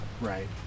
Right